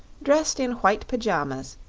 dressed in white pajamas,